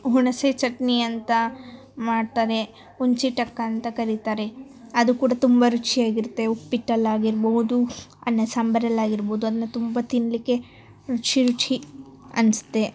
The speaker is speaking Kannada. ಹುಣಸೆ ಚಟ್ನಿ ಅಂತ ಮಾಡ್ತಾರೆ ಹುಣ್ಸಿ ಟಕ್ ಅಂತ ಕರಿತಾರೆ ಅದು ಕೂಡ ತುಂಬ ರುಚಿಯಾಗಿರುತ್ತೆ ಉಪ್ಪಿಟ್ಟಲ್ಲಾಗಿರ್ಬೋದು ಅನ್ನ ಸಾಂಬರಲ್ಲಾಗಿರ್ಬೋದು ಅದನ್ನ ತುಂಬ ತಿನ್ನಲಿಕ್ಕೆ ರುಚಿ ರುಚಿ ಅನ್ಸುತ್ತೆ